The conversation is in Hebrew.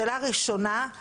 השאלה הראשונה היא